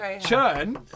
Churn